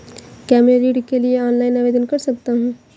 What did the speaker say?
क्या मैं ऋण के लिए ऑनलाइन आवेदन कर सकता हूँ?